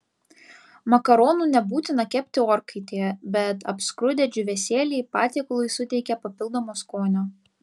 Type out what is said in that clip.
makaronų nebūtina kepti orkaitėje bet apskrudę džiūvėsėliai patiekalui suteikia papildomo skonio